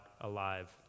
alive